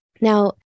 Now